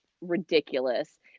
ridiculous